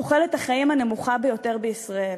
תוחלת החיים הנמוכה ביותר בישראל.